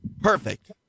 Perfect